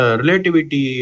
relativity